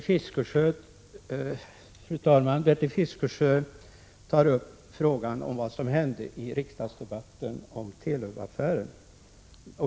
Fru talman! Bertil Fiskesjö tar upp frågan om vad som hände i riksdagsdebatten om Telubaffären.